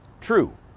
true